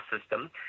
system